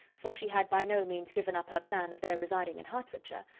for she had by no means given up her plan of their residing in hertfordshire,